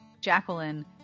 Jacqueline